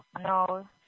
No